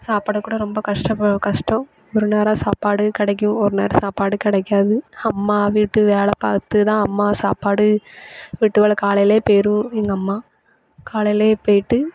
சாப்புட கூட ரொம்ப கஷ்ட ப கஷ்டம் ஒரு நேரம் சாப்பாடு கிடைக்கும் ஒரு நேரம் சாப்பாடு கிடைக்காது அம்மா வீட்டு வேலை பார்த்துதான் அம்மா சாப்பாடு வீட்டு வேலை காலைலயே போயிடும் எங்கள் அம்மா காலைலேயே போயிட்டு